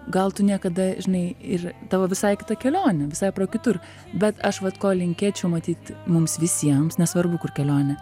gal tu niekada žinai ir tavo visai kita kelionė visai pro kitur bet aš vat ko linkėčiau matyt mums visiems nesvarbu kur kelionė